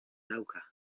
dauka